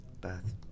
birth